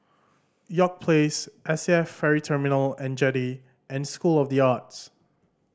York Place S A F Ferry Terminal And Jetty and School of The Arts